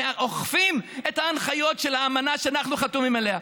אוכפים את ההנחיות של האמנה שאנחנו חתומים עליה.